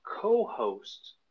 co-host